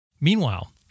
Meanwhile